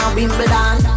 Wimbledon